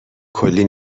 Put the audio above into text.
کلی